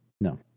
No